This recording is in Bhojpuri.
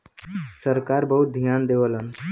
सरकार भी बहुत धियान देवलन